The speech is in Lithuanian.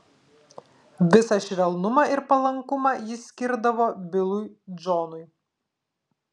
visą švelnumą ir palankumą jis skirdavo bilui džonui